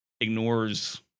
ignores